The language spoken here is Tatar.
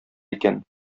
икән